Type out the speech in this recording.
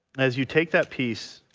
as you take that piece